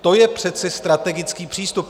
To je přece strategický přístup.